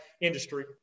industry